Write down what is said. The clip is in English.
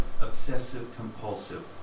obsessive-compulsive